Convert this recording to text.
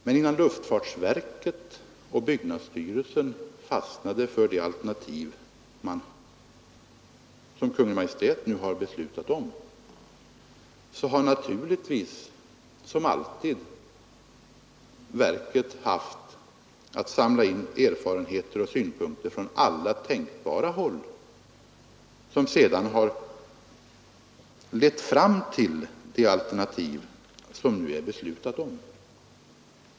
Men innan luftfartsverket och byggnadsstyrelsen fastnade för det alternativ som Kungl. Maj:t nu har beslutat om, så har naturligtvis, som alltid, verket haft att samla in erfarenheter och synpunkter från alla tänkbara håll. Detta har alltså lett fram till det alternativ som beslut är fattat om.